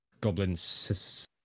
Goblins